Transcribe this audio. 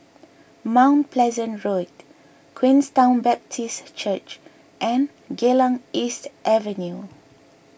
Mount Pleasant Road Queenstown Baptist Church and Geylang East Avenue